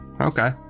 okay